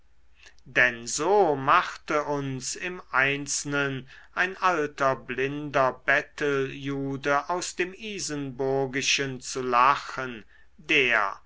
denn so machte uns im einzelnen ein alter blinder betteljude aus dem isenburgischen zu lachen der